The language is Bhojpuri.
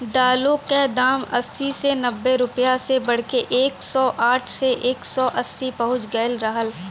दालों क दाम अस्सी से नब्बे रुपया से बढ़के एक सौ साठ से एक सौ अस्सी पहुंच गयल रहल